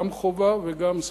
גם חובה וגם זכות.